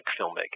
filmmaking